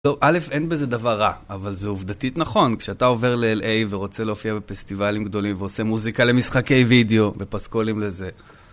לא, א', אין בזה דבר רע, אבל זה עובדתית נכון כשאתה עובר ל-LA ורוצה להופיע בפסטיבלים גדולים ועושה מוזיקה למשחקי וידאו ופסקולים לזה.